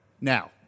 Now